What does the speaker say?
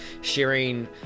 sharing